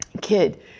kid